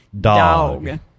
Dog